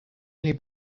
only